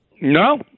No